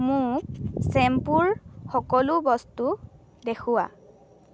মোক শ্বেম্পুৰ সকলো বস্তু দেখুওৱা